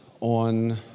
on